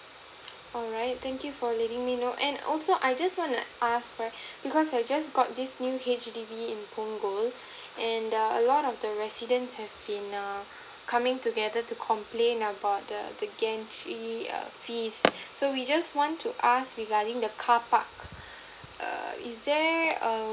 alright thank you for letting me know and also I just wanna ask err because I just got this new H_D_B in punggol and the a lot of the residence have in err coming together to complain about the the gentry err fees so we just want to ask regarding the carpark err is there err